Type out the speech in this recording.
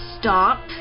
Stop